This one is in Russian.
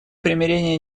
примирение